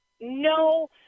no